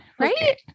right